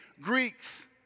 Greeks